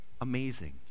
amazing